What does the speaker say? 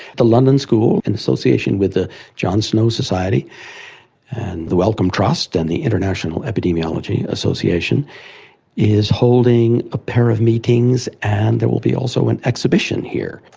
the london school, in association with the john snow society and the wellcome trust and the international epidemiology association is holding a pair of meetings and there will be also an exhibition here.